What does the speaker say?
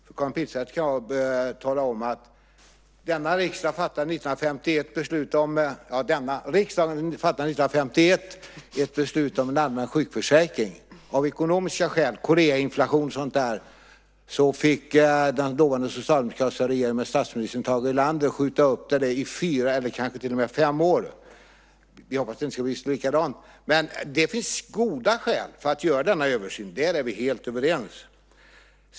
För Karin Pilsäter kan jag tala om att riksdagen år 1951 fattade beslut om en allmän sjukförsäkring. Av ekonomiska skäl - Korea, inflation och sådant - fick den dåvarande socialdemokratiska regeringen med statsminister Tage Erlander skjuta upp det hela i fyra eller om det kanske till och med var fem år. Vi hoppas att det inte blir likadant igen. Men det finns goda skäl för att göra en översyn. Där är vi helt överens.